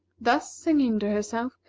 thus, singing to herself,